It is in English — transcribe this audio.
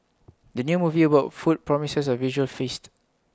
the new movie about food promises A visual feast